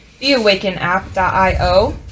theawakenapp.io